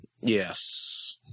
Yes